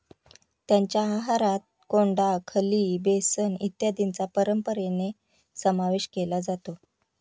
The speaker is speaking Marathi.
त्यांच्या आहारात कोंडा, खली, बेसन इत्यादींचा परंपरेने समावेश केला जातो